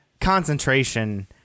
concentration